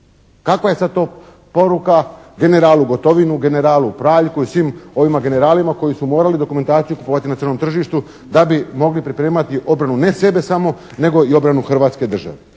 Kakva je sad to poruka generalu Gotovini, generalu Praljku i svim ovim generalima koji su morali dokumentaciju kupovati na crnom tržištu da bi mogli pripremati obranu ne sebe samo nego i obranu Hrvatske države.